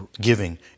giving